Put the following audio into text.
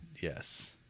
Yes